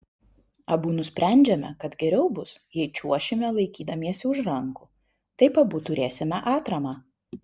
abu nusprendžiame kad geriau bus jei čiuošime laikydamiesi už rankų taip abu turėsime atramą